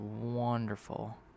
wonderful